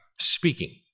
speaking